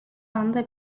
anda